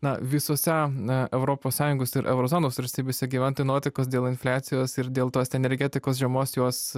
na visose europos sąjungos ir euro zonos valstybėse gyventojų nuotaikos dėl infliacijos ir dėl tos energetikos žemos jos